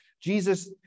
Jesus